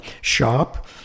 shop